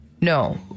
no